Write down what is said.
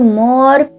more